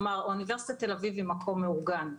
אוניברסיטת תל אביב היא מקום מאורגן.